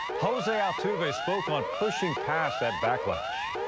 jose out to they spoke on pushing past that backlash.